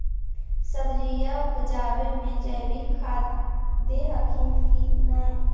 सब्जिया उपजाबे मे जैवीक खाद दे हखिन की नैय?